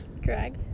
drag